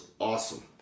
awesome